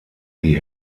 die